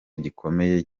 gikomeye